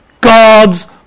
God's